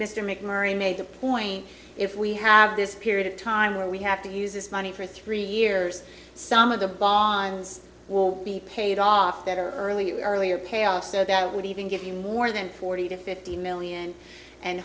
mr macmurray made the point if we have this period of time where we have to use this money for three years some of the bonnes will be paid off better early you earlier pay off so that would even give you more than forty to fifty million and